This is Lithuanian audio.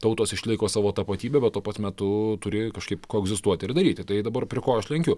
tautos išlaiko savo tapatybę bet tuo pat metu turi kažkaip koegzistuoti ir daryti tai dabar prie ko aš lenkiu